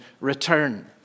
return